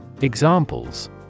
Examples